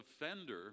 offender